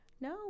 No